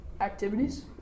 activities